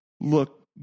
look